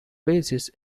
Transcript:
basis